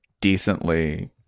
decently